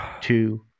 two